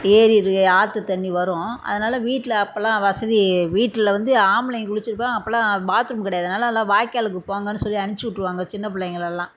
ஏரி இருக்கு ஆற்று தண்ணி வரும் அதனால வீட்டில் அப்போலாம் வசதி வீட்டில் வந்து ஆம்பளைங்க குளிச்சி இருப்பாங்க அப்போலாம் பாத்ரூம் கிடையாது அதனால எல்லாம் வாய்க்காலுக்கு போங்கன்னு சொல்லி அனுப்பிச்சி விட்ருவாங்க சின்ன பிள்ளைங்களலாம்